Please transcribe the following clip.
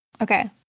Okay